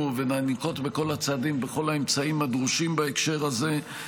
וננקוט את כל הצעדים וכל האמצעים הדרושים בהקשר הזה.